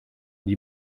die